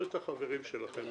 תכבדו את החברים שלכם.